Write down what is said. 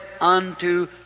unto